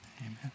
Amen